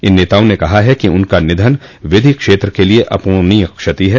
इन नेताओं ने कहा है कि उनका निधन विधि क्षेत्र के लिये अपूर्णीय क्षति है